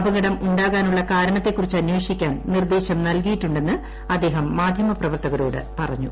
അപകടം ഉണ്ടാകാനുള്ള കാരണത്തെക്കുറിച്ച് അന്വേഷിക്കാൻ നിർദ്ദേശം നൽകിയിട്ടുണ്ടെന്ന് അദ്ദേഹം മാധ്യമപ്രവർത്തകരോട് പറഞ്ഞു